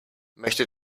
möchte